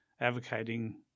advocating